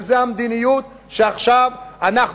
וזאת המדיניות שעכשיו אנחנו,